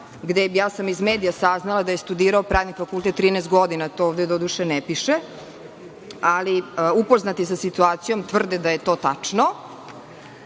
gde sam ja iz medija saznala da je studirao pravni fakultet 13 godina, to ovde doduše ne piše, ali upoznati sa situacijom tvrde da je to tačno.